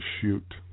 shoot